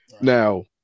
Now